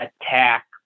attack